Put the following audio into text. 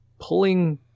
pulling